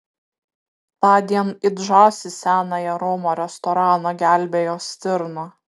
tądien it žąsys senąją romą restoraną gelbėjo stirna